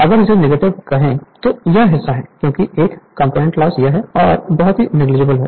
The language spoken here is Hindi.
अगर इसे नेगलेक्ट करें तो यह हिस्सा है क्योंकि यह कंपोनेंट यह लॉस बहुत नेगलिजिबल होगा